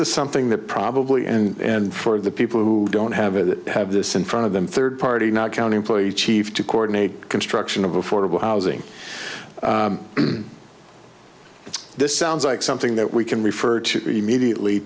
is something that probably and for the people who don't have it have this in front of them third party not county employee chief to coordinate construction of affordable housing this sounds like something that we can refer to remediate